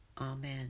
Amen